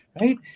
right